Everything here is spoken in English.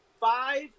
five